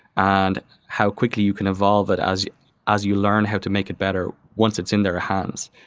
and how quickly you can evolve it as as you learn how to make it better once it's in their hands.